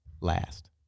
last